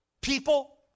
people